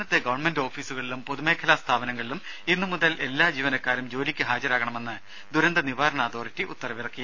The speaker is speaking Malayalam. രേര സംസ്ഥാന ഗവൺമെന്റ് ഓഫീസുകളിലും പൊതുമേഖലാ സ്ഥാപനങ്ങളിലും ഇന്നുമുതൽ എല്ലാ ജീവനക്കാരും ജോലിക്ക് ഹാജരാകണമെന്ന് ദുരന്ത നിവാരണ അതോറിറ്റി ഉത്തരവിറക്കി